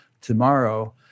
tomorrow